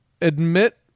admit